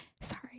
sorry